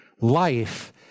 life